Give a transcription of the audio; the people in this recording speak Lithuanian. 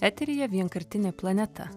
eteryje vienkartinė planeta